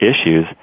issues